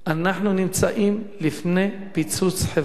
אנחנו נמצאים בפני פיצוץ חברתי.